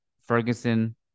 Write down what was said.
Ferguson